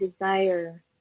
desire